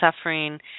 suffering